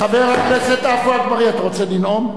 חבר הכנסת עפו אגבאריה, אתה רוצה לנאום?